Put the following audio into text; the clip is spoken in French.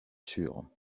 sûre